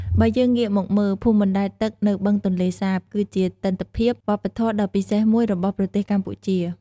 បើយើងងាកមកមើល ភូមិបណ្ដែតទឹកនៅបឹងទន្លេសាប គឺជាទិដ្ឋភាពវប្បធម៌ដ៏ពិសេសមួយរបស់ប្រទេសកម្ពុជា។